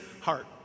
heart